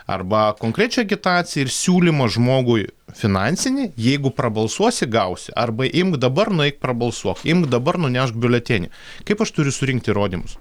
arba konkrečią agitaciją ir siūlymą žmogui finansinį jeigu prabalsuosi gausi arba imk dabar nueik prabalsuok imk dabar nunešk biuletenį kaip aš turiu surinkt įrodymus